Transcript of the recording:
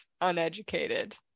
uneducated